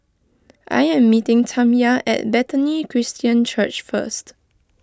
I am meeting Tamya at Bethany Christian Church first